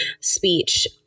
speech